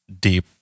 deep